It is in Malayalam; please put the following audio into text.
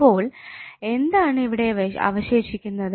അപ്പോൾ എന്താണ് ഇവിടെ അവശേഷിക്കുന്നത്